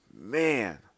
Man